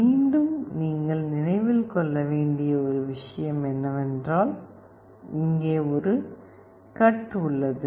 மீண்டும் நீங்கள் நினைவில் கொள்ள வேண்டிய ஒரு விஷயம் என்னவென்றால் இங்கே ஒரு கட் உள்ளது